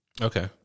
Okay